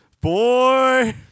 Boy